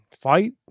fight